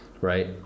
right